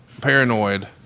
Paranoid